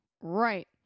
Right